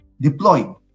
deployed